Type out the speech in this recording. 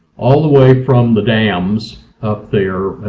all the way from the dams up there.